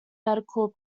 medical